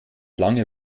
lange